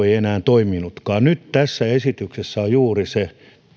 ei enää toiminutkaan tässä esityksessä on juuri se